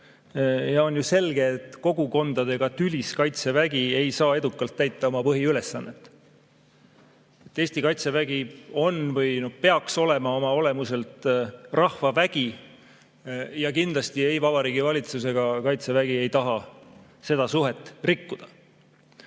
On ju selge, et kogukondadega tülis Kaitsevägi ei saa edukalt täita oma põhiülesannet. Eesti kaitsevägi on või peaks olema oma olemuselt rahvavägi ja kindlasti ei Vabariigi Valitsus ega Kaitsevägi ei taha seda suhet rikkuda.